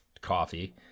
coffee